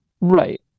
right